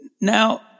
Now